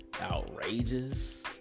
outrageous